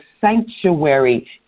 sanctuary